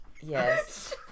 Yes